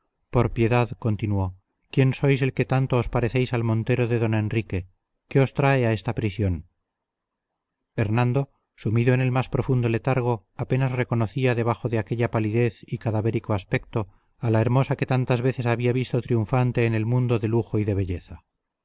por piedad continuó quién sois el que tanto os parecéis al montero de don enrique qué os trae a esta prisión hernando sumido en el más profundo letargo apenas reconocía debajo de aquella palidez y cadavérico aspecto a la hermosa que tantas veces había visto triunfante en el mundo de lujo y de belleza